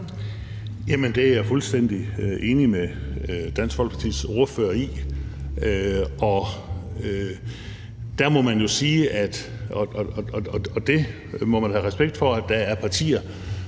Jamen det er jeg fuldstændig enig med Dansk Folkepartis ordfører i. Der må man jo have respekt for, at der er partier,